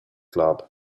club